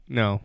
no